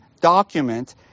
document